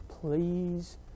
please